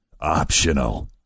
Optional